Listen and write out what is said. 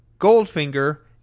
Goldfinger